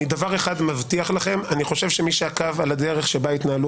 דבר אחד אני מבטיח לכם מי שעקב אחר הדרך שבה התנהלו